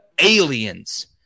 Aliens